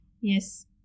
Yes